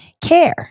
care